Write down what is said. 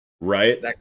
right